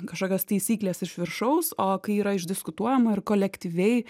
kažkokios taisyklės iš viršaus o kai yra išdiskutuojama ir kolektyviai